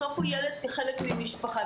בסוף, הוא ילד כחלק ממשפחה.